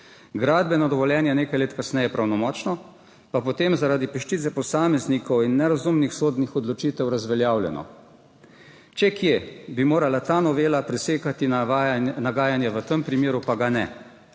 gradbeno dovoljenje je bilo nekaj let kasneje, pravnomočno, potem pa je bilo zaradi peščice posameznikov in nerazumnih sodnih odločitev razveljavljeno. Če kje, bi morala ta novela presekati nagajanje, v tem primeru pa ga ne.